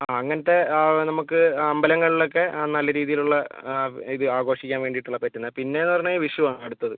ആ അങ്ങനത്തെ നമുക്ക് ആ അമ്പലങ്ങളിൽ ഒക്കെ ആ നല്ല രീതിയിലുള്ള ഇത് ആഘോഷിക്കാൻ വേണ്ടീട്ടുള്ള പറ്റുന്ന പിന്നേയെന്ന് പറഞ്ഞാൽ വിഷുവാ അടുത്തത്